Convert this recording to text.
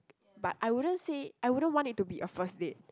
but I wouldn't say I wouldn't want it to be a first date